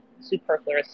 superfluous